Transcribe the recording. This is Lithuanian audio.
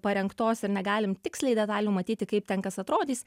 parengtos ir negalim tiksliai detalių matyti kaip ten kas atrodys